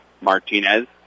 Martinez